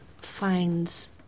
finds